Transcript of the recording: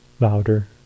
louder